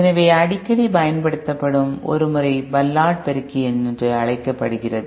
எனவே அடிக்கடி பயன்படுத்தப்படும் ஒரு முறை பல்லார்ட் பெருக்கி என்று அழைக்கப்படுகிறது